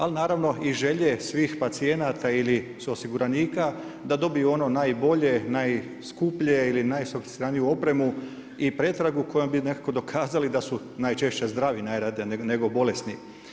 Ali naravno i želje svih pacijenata ili suosiguranika da dobiju ono najbolje, najskuplje ili najsofisticiraniju opremu i pretragu kojom bi nekako dokazali da su najčešće zdravi, najradije nego bolesni.